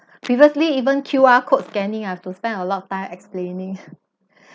previously even Q_R_ code scanning I have to spend a lot of time explaining